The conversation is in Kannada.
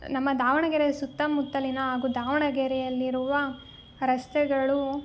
ನಮ್ಮ ದಾವಣಗೆರೆ ಸುತ್ತಮುತ್ತಲಿನ ಹಾಗೂ ದಾವಣಗೆರೆಯಲ್ಲಿರುವ ರಸ್ತೆಗಳು